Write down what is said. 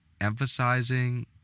emphasizing